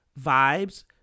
vibes